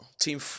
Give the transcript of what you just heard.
Team